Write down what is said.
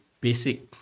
basic